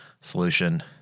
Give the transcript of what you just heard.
solution